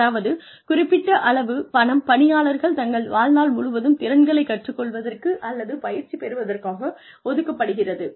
அதாவது குறிப்பிட்ட அளவு பணம் பணியாளர்கள் தங்கள் வாழ்நாள் முழுவதும் திறன்களை கற்றுக் கொள்வதற்கு அல்லது பயிற்சி பெறுவதற்காக ஒதுக்கப்படுகிறது